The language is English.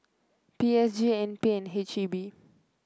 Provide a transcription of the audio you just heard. P S G N P and H E B